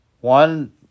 One